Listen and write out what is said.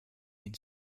been